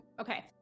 okay